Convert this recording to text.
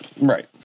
Right